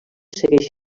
segueix